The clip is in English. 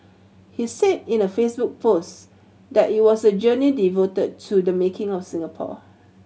he said in a Facebook post that it was a journey devoted to the making of Singapore